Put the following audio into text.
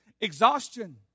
exhaustion